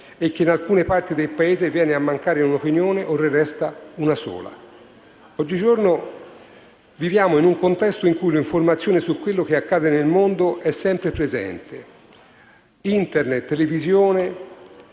e che in alcune parti del Paese viene a mancare un'opinione o ne resta una sola. Oggi giorno viviamo in un contesto in cui l'informazione su quello che accade nel mondo è sempre presente: Internet, televisione